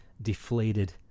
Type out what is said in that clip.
deflated